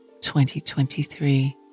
2023